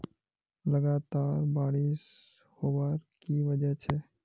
लगातार बारिश होबार की वजह छे?